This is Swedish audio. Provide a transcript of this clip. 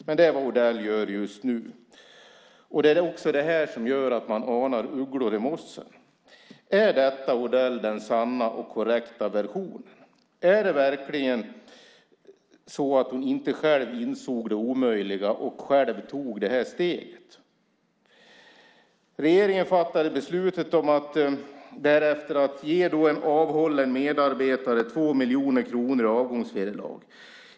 Men det är vad Odell gör just nu. Det är också det som gör att man anar ugglor i mossen. Är detta den sanna och korrekta versionen, Odell? Är det verkligen så att hon inte själv insåg det omöjliga och själv tog det steget? Regeringen fattade därefter beslutet att ge en avhållen medarbetare 2 miljoner kronor i avgångsvederlag.